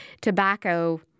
tobacco